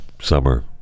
summer